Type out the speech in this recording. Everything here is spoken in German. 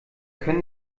können